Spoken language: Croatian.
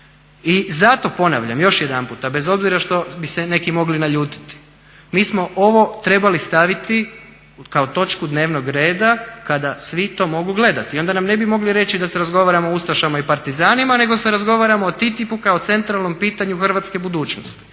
I zato ponavljam još jedanputa bez obzira što bi se neki mogli naljutiti, mi smo ovo trebali staviti kao točku dnevnog reda kada svi to mogu gledati i ona nam ne bi mogli reći da se razgovaramo o ustašama i partizanima nego se razgovaramo o TTIP-u kao centralnom pitanju hrvatske budućnosti